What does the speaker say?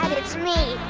it's me.